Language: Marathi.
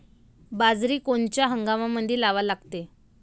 बाजरी कोनच्या हंगामामंदी लावा लागते?